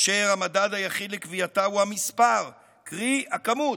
והמדד היחיד לקביעתה הוא המספר, קרי, הכמות.